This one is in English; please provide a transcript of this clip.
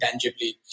tangibly